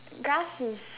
grass is